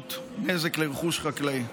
הגורמות נזק לרכוש חקלאי,